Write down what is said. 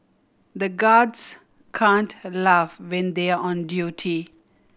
the guards can't laugh when they are on duty